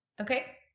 Okay